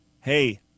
Hey